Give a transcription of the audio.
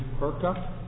Perka